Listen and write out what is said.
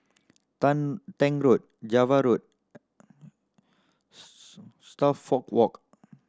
Tank Road Java Road Suffolk Walk